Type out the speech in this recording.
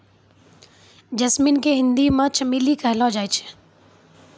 jasmine के हिंदी मे चमेली कहलो जाय छै